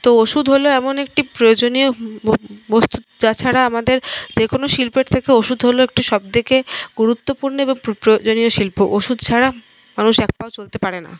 তো ওষুধ হল এমন একটি প্রয়োজনীয় বস্তু যা ছাড়া আমাদের যে কোনো শিল্পের থেকে ওষুধ হল একটি সবথেকে গুরুত্বপূর্ণ এবং প্রয়োজনীয় শিল্প ওষুধ ছাড়া মানুষ এক পাও চলতে পারে না